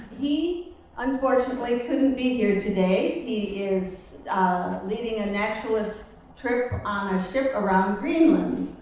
he unfortunately couldn't be here today. he is leading a naturalist trip on a ship around greenland.